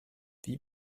wie